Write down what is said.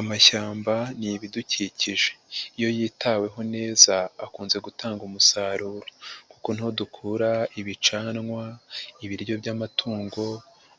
Amashyamba n'ibidukikije. Iyo yitaweho neza akunze gutanga umusaruro kuko niho dukura ibicanywa, ibiryo by'amatungo